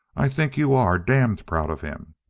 i think you are damned proud of him.